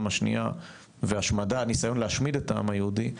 השנייה והניסיון להשמיד את העם היהודי,